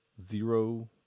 Zero